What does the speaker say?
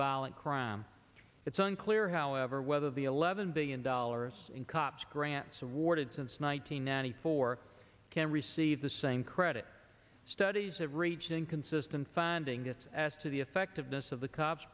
violent crime it's unclear however whether the eleven billion dollars in cops grants awarded since one nine hundred ninety four can receive the same credit studies have reached an inconsistent finding that as to the effectiveness of the cops